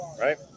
right